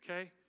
Okay